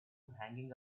hanging